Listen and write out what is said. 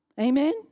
Amen